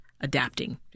adapting